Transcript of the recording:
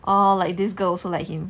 orh like this girl so like him